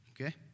Okay